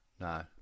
No